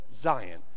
Zion